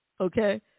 Okay